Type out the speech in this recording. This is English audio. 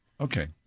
Okay